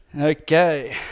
Okay